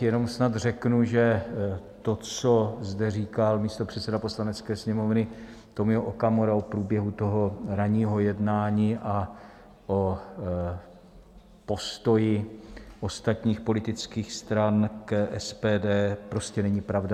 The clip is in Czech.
Jenom snad řeknu, že to, co zde říkal místopředseda Poslanecké sněmovny Tomio Okamura o průběhu ranního jednání a o postoji ostatních politických stran k SPD prostě není pravda.